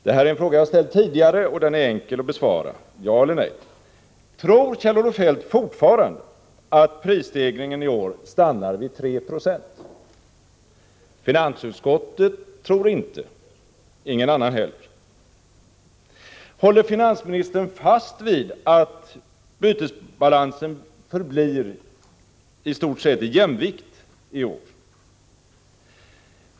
Det här är en fråga jag ställt tidigare och den är enkel att besvara — ja eller nej: Tror Kjell-Olof Feldt fortfarande att prisstegringen i år stannar vid 3 90? Finansutskottet tror det inte, ingen annan heller. Håller finansministern fast vid att bytesbalansen förblir i stort sett i jämvikt i år?